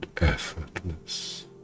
effortless